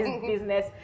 business